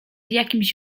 jakimś